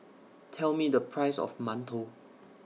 Tell Me The Price of mantou